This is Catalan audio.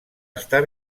estar